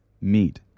meet